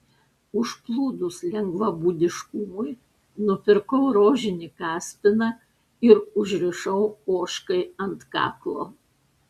užplūdus lengvabūdiškumui nupirkau rožinį kaspiną ir užrišau ožkai ant kaklo